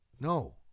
no